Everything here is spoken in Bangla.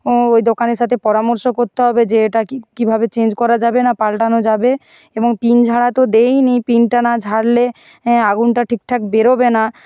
ও ওই দোকানের সাথে পরামর্শ কোত্তে হবে যে এটা কী কীভাবে চেঞ্জ করা যাবে না পালটানো যাবে এবং পিন ঝাড়া তো দেয়ই নি পিনটা না ঝাড়লে অ্যাঁ আগুনটা ঠিকঠাক বেরোবে না